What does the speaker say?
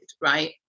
right